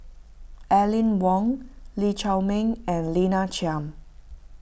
Aline Wong Lee Chiaw Meng and Lina Chiam